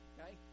Okay